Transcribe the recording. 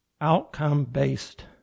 Outcome-Based